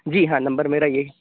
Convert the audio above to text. جی ہاں نمبر میرا یہی ہے